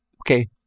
Okay